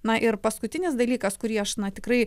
na ir paskutinis dalykas kurį aš tikrai